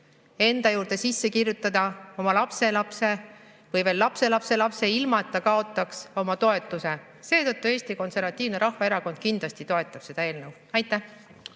enda juurde sisse kirjutada oma lapselapse või lapselapselapse, ilma et ta kaotaks oma toetuse. Seetõttu Eesti Konservatiivne Rahvaerakond kindlasti toetab seda eelnõu. Aitäh!